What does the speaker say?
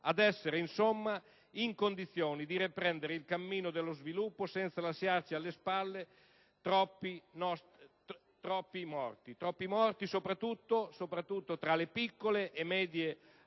della crisi, in modo da riprendere il cammino dello sviluppo senza lasciarci alle spalle troppi morti, soprattutto tra le piccole e medie